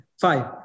Five